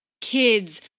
kids